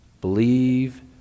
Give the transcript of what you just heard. believe